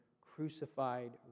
crucified